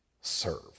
Serve